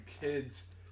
kids